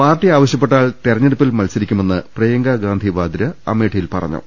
party ആവശൃപ്പെട്ടാൽ തിരഞ്ഞെടുപ്പിൽ മത്സരിക്കുമെന്ന് പ്രിയങ്കാ ഗാന്ധി വാദ്ര അമേഠിയിൽ പറഞ്ഞു